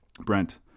Brent